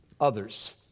others